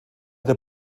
der